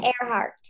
Earhart